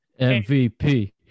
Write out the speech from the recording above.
MVP